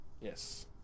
Yes